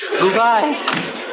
Goodbye